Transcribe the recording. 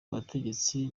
abategetsi